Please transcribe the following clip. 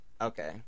okay